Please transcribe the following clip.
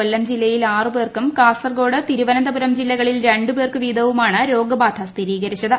കൊല്ലം ജില്ലയിൽ ആറു പേർക്കും കാസർകോട് തിരുവനന്തപുരം ജില്ലകളിൽ രണ്ടുപേർക്ക് വീതമാണ് രോഗബാധ സ്ഥിരീകരിച്ചത്